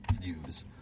views